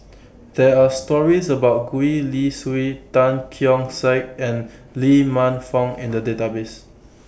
There Are stories about Gwee Li Sui Tan Keong Saik and Lee Man Fong in The Database